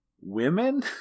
women